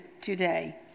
today